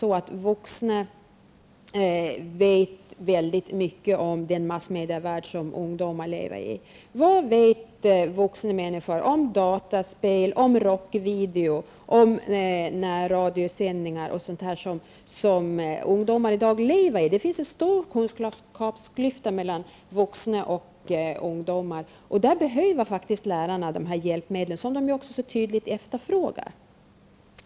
Vuxna vet inte särskilt mycket om den massmediavärld som ungdomar lever i. Vad vet vuxna människor om dataspel, rockvideo, närradiosändningar och sådant som ungdomar i dag lever med? Det finns en stor kunskapsklyfta mellan vuxna och ungdomar, och där behöver lärarna de hjälpmedel som de så tydligt efterfrågar.